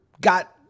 got